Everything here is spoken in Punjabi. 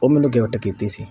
ਉਹ ਮੈਨੂੰ ਗਿਫਟ ਕੀਤੀ ਸੀ